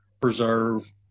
preserve